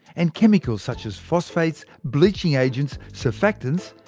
and chemicals such as phosphates, bleaching agents, surfactants,